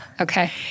Okay